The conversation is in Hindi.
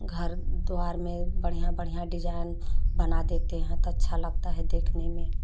घर द्वार में बढ़िया बढ़िया डिज़ाइन बना देते हैं तो अच्छा लगता है देखने में